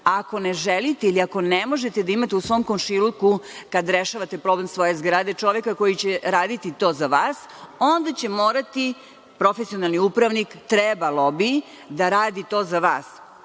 ako ne želite ili ako ne možete da imate u svom komšiluku kada rešavate problem svoje zgrade čoveka koji će raditi to za vas, onda će morati profesionalni upravnik, trebalo bi da radi to za vas.